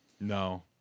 No